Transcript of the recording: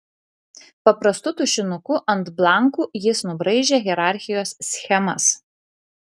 paprastu tušinuku ant blankų jis nubraižė hierarchijos schemas